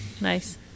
nice